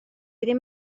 ddim